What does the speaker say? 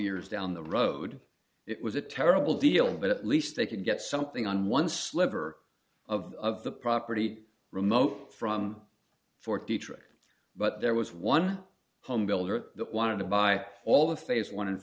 years down the road it was a terrible deal but at least they could get something on one sliver of the property remote from fort dietrich but there was one home builder that wanted to buy all the phase